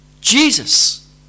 Jesus